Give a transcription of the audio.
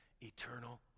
eternal